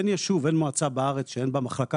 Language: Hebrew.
אין ישוב ואין מועצה בארץ שאין לה מחלקה